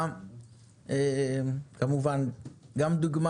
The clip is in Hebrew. אמרת דברים